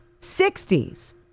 60s